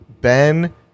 Ben